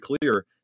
clear